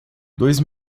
dois